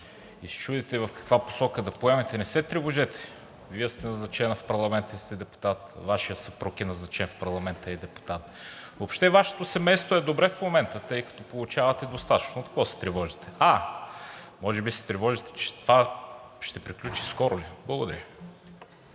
и се чудите в каква посока да поемете. Не се тревожете, Вие сте назначена в парламента и сте депутат, Вашият съпруг е назначен в парламента и е депутат. Въобще Вашето семейство е добре в момента, тъй като получавате достатъчно. От какво се тревожите? А може би се тревожите, че това ще приключи скоро ли? Благодаря.